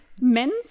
men's